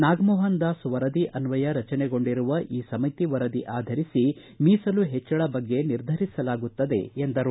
ನಾಗಮೋಹನದಾಸ್ ವರದಿಯ ಅನ್ವಯ ರಚನೆಗೊಂಡಿರುವ ಈ ಸಮಿತಿ ವರದಿ ಆಧರಿಸಿ ಮಿಸಲು ಹೆಚ್ಚಳ ಬಗ್ಗೆ ನಿರ್ಧರಿಸಲಾಗುತ್ತದೆ ಎಂದರು